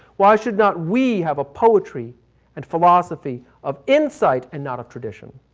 why should not we have a poetry and philosophy of insight and not of tradition?